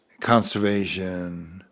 conservation